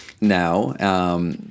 now